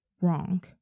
wrong